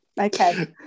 okay